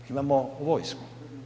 Imamo vojsku.